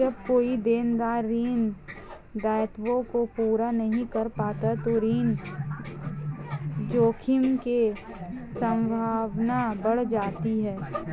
जब कोई देनदार ऋण दायित्वों को पूरा नहीं कर पाता तो ऋण जोखिम की संभावना बढ़ जाती है